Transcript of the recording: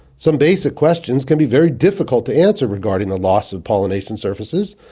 some basic questions can be very difficult to answer regarding the loss of pollination services.